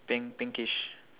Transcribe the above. pink pinkish